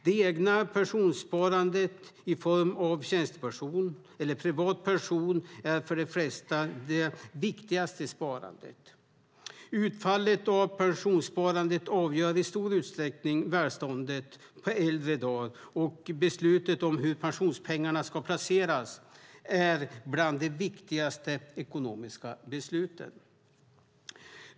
Det egna pensionssparandet i form av en tjänstepension eller privat pension är för de flesta det viktigaste sparandet. Utfallet av pensionssparandet avgör i stor utsträckning välståndet på äldre dagar, och beslutet om hur pensionspengarna ska placeras är bland de viktigaste ekonomiska besluten.